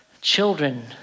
children